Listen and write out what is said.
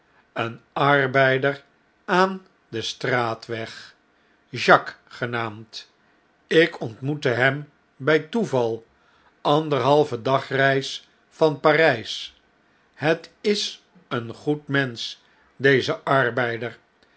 een arbeider aan den straatweg jacques genaamd ik ontmoette hem bjj toeval anderhalve dagreis van pari s het is een goed mensch deze arbeider